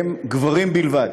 הם גברים בלבד,